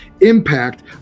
impact